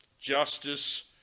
justice